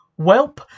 welp